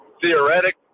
theoretic